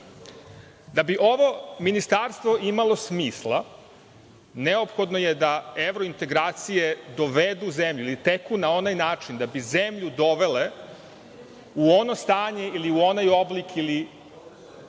bi ovo ministarstvo imalo smisla neophodno je da evrointegracije dovedu zemlju ili teku na onaj način da bi zemlju dovele u ono stanje ili u onaj oblik ili